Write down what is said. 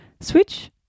switch